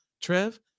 Trev